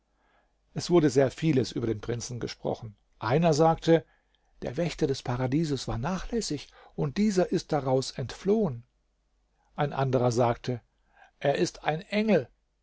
es wurde sehr vieles über den prinzen gesprochen einer sagte der wächter des paradieses war nachlässig und dieser ist daraus entflohen ein anderer sagte er ist ein engel